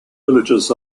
villages